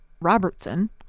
Robertson